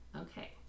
Okay